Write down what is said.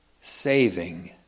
saving